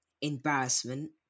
embarrassment